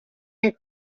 and